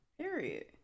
Period